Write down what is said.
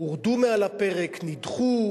הורדו מעל הפרק, נדחו,